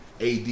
AD